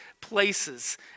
places